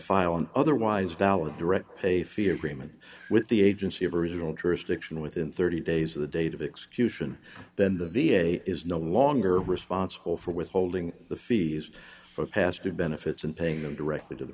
file an otherwise valid direct pay fear agreement with the agency of original jurisdiction within thirty days of the date of execution then the v a is no longer responsible for withholding the fees for past good benefits and paying them directly to the